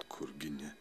kurgi ne